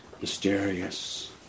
mysterious